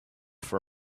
for